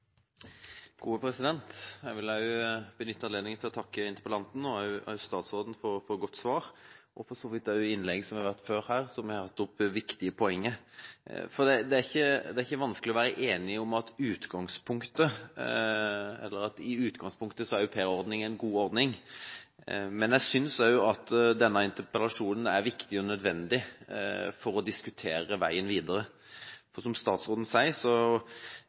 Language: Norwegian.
gode svar. Jeg vil også takke for innlegg som har blitt holdt her før, og som har tatt opp viktige poeng. Det er ikke vanskelig å være enig om at au pairordningen i utgangspunktet er en god ordning. Men jeg synes denne interpellasjonen er viktig og nødvendig for å diskutere veien videre, for som statsråden sier,